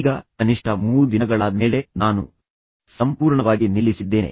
ಈಗ ಕನಿಷ್ಠ 3 ದಿನಗಳಾದ ಮೇಲೆ ನಾನು ಸಂಪೂರ್ಣವಾಗಿ ನಿಲ್ಲಿಸಿದ್ದೇನೆ